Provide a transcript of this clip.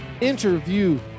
interview